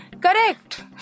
Correct